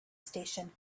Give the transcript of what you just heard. station